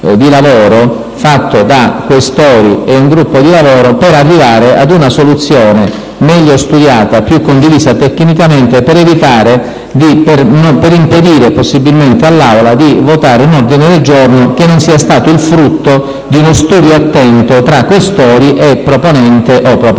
senatori Questori e un gruppo di lavoro, per arrivare a una soluzione meglio studiata e più condivisa tecnicamente e per impedire possibilmente che l'Aula si trovi a votare un ordine del giorno che non sia frutto di uno studio attento tra senatori Questori e proponente, o proponenti.